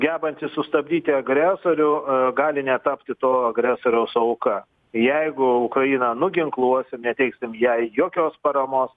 gebanti sustabdyti agresorių gali netapti to agresoriaus auka jeigu ukrainą nuginkluosim neteiksim jai jokios paramos